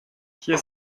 hier